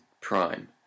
Prime